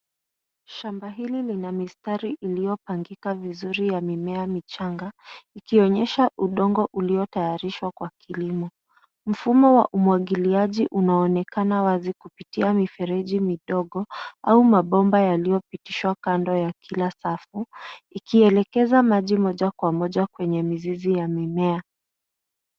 Shamba hili lina mistari iliyopangika vizuri ya mimea michanga, ikionyesha udongo uliyotayarishwa kwa kilimo. Mfumo wa umwagiliaji unaonekana wazi kupitia mifereji midogo au mabomba yaliyopitishwa kando ya kila safu, ikielekeza maji moja kwa moja kwenye mizizi ya mimea.